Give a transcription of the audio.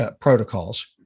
protocols